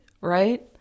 Right